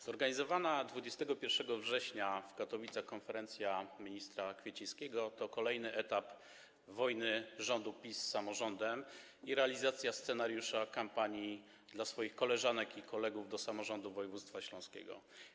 Zorganizowana 21 września w Katowicach konferencja ministra Kwiecińskiego to kolejny etap wojny rządu PiS z samorządem i realizacja scenariusza kampanii dla swoich koleżanek i kolegów do samorządu województwa śląskiego.